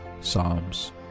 Psalms